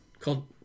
Called